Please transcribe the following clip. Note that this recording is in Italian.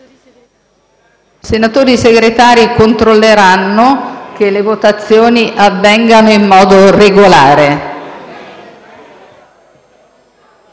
i senatori Segretari a controllare che le votazioni avvengano in modo regolare.